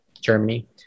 Germany